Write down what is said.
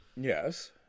Yes